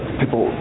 people